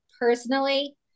personally